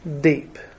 deep